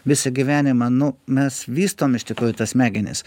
visą gyvenimą nu mes vystom iš tikrųjų tas smegenis